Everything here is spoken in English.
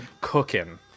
cooking